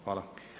Hvala.